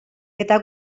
eta